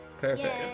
Perfect